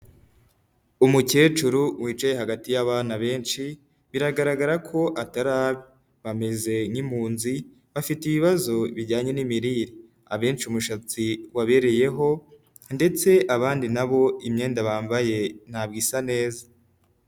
Umukecuru wicaye hagati y'abana benshi, biragaragara ko atari abe, bameze nk'impunzi bafite ibibazo bijyanye n'imirire, abenshi umushatsi wabereyeho ndetse abandi nabo imyenda bambaye ntabwo isa neza.